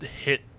hit